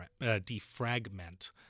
defragment